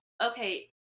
okay